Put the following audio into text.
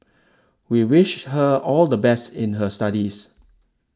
we wish her all the best in her studies